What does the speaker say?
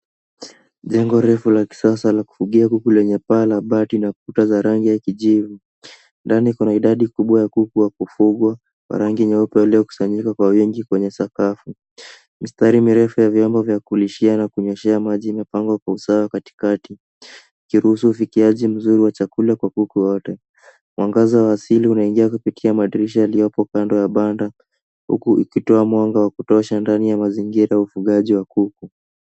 Jengo refu la kisasa la kufugia kuku lenye paa na bati na kuta za rangi ya kijivu, ndani kuna idadi kubwa ya kuku wa kufugwa wa rangi nyeupe waliokusanyika kwa wingi kwenye sakafu ,mistari mirefu ya vyombo vya kulishia na kunyweshea maji imepangwa kwa usawa katikati ikiruhusu ufikiaji mzuri wa chakula kwa kuku wote ,mwangaza wa asili unaingia kupitia madirisha yaliyopo kando ya banda huku ikitoa mwanga wa kutosha ndani ya mazingira ufugaji wa kuku.